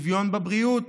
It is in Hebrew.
שוויון בבריאות,